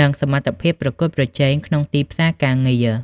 និងសមត្ថភាពប្រកួតប្រជែងក្នុងទីផ្សារការងារ។